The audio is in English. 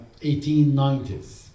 1890s